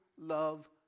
love